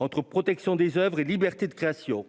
entre protection des oeuvres et liberté de création.